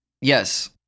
Yes